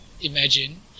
imagine